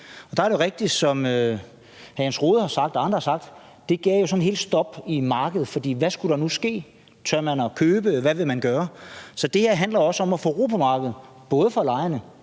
det er jo rigtigt, som hr. Jens Rohde og andre har sagt, at det gav sådan et helt stop i markedet. For hvad skulle der nu ske? Turde man købe? Hvad ville man gøre? Så det her handler også om at få ro på markedet, både for lejerne,